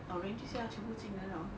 arrange 一下全部进得了